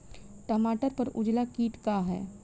टमाटर पर उजला किट का है?